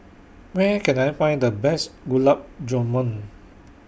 Where Can I Find The Best Gulab Jamun